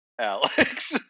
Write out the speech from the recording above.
alex